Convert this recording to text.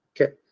okay